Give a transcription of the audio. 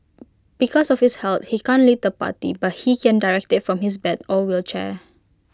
because of his health he can't lead the party but he can direct IT from his bed or wheelchair